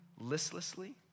listlessly